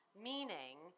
meaning